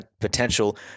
potential